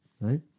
right